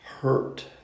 hurt